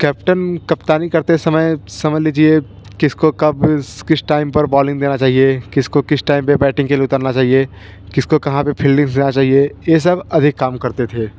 captain कप्तानी करते समय समझ लीजिए किसको कब किस टाइम पर बौलिंग देना चाहिए किसको किस टैइम पर बैटिंग के लिए उतरना चाहिए किसको कहाँ पर फील्डिंग देना चाहिए ये सब अधिक काम करते थे